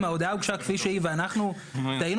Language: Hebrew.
אם ההודעה הוגשה כפי שהיא ואנחנו טעינו